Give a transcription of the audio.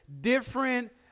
different